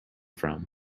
from